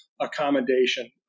accommodation